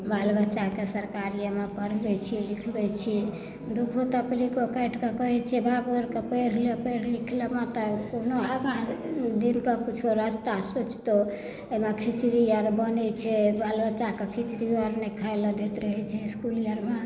बाल बच्चाके सरकारीयेमे पढ़बैत छी लिखबैत छी दुखो तकलीफो काटि कऽ कहैत छियै बाबू आओर केँ पढ़ि ले पढ़ि लिख लेमे तऽ कोनो आगाँ दिन तऽ किछो रस्ता सुझतौ ओहिमे खिचड़ी आओर बनैत छै बाल बच्चाकेँ खिचड़ीयो आओर ने खाय लेल नहि दैत रहैत छै इस्कुल आओरमे